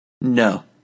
No